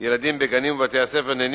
מ-8 בנובמבר 2009 פורסם כי רבבות ילדים הזכאים